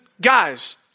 guys